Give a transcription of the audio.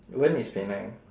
when is penang